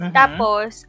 tapos